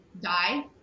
die